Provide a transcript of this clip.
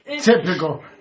Typical